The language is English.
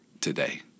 today